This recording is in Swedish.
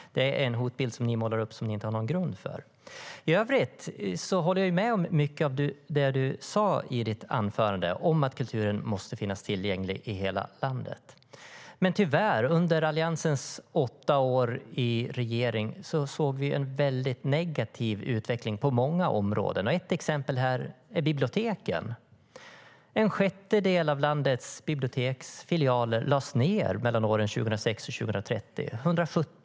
Det är en hotbild som ni målar upp som ni inte har en grund för. I övrigt håller jag med om mycket av det Per Lodenius sa i sitt anförande om att kulturen måste finnas tillgänglig i hela landet. Tyvärr har vi under Alliansens åtta år i regeringsställning sett en negativ utveckling på många områden. Ett exempel är biblioteken. En sjättedel, 170, av landets biblioteksfilialer lades ned mellan åren 2006 och 2013.